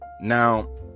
Now